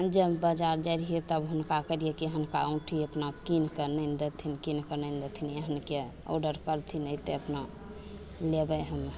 जब बाजार जाइ रहियै तब हुनका कहय रहियै कि एहनका औँठी अपना किन कऽ आनि देथिन किन कऽ आनि देथिन एहनके आर्डर करथिन एतै अपना लेबय हमे